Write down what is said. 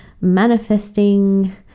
manifesting